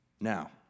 Now